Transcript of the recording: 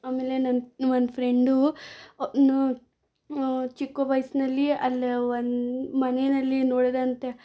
ಆಮೇಲೆ ನನ್ನ ಒಂದು ಫ್ರೆಂಡು ಚಿಕ್ಕ ವಯಸ್ಸಿನಲ್ಲಿ ಅಲ್ಲೇ ಒನ್ ಮನೆಯಲ್ಲಿ ನೋಡಿದಂತೆ